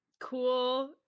cool